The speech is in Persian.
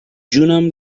جونم